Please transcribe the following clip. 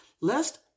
lest